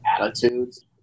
attitudes